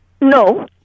No